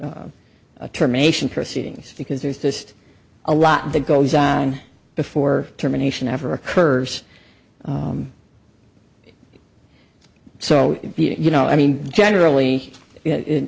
know terminations proceedings because there's just a lot that goes on before terminations ever occurs so you know i mean generally it